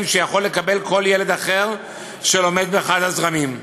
שיכול לקבל כל ילד אחר שלומד באחד הזרמים.